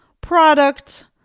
product